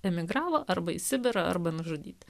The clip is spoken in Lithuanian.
emigravo arba į sibirą arba nužudyti